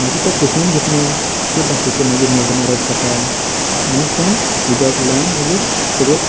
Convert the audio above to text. मागीर तें कसोवन घेतलें की बाकीचें मागी मेरो मारप जाता आनी तें उदक लावन मागीर सगळें